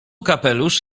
kapelusz